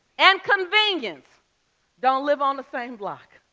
and convenience don't live on the same block.